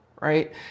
right